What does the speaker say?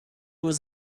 was